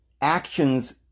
actions